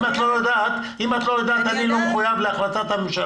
אם את לא יודעת, אני לא מחויב להחלטת הממשלה.